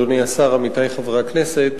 אדוני השר, עמיתי חברי הכנסת,